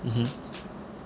mm